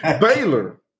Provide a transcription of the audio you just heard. Baylor